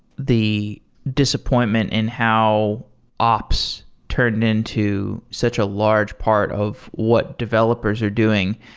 the disappointment in how ops turned into such a large part of what developers are doing.